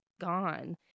gone